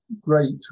great